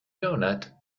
doughnut